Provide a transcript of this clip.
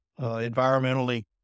environmentally